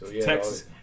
Texas